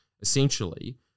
essentially –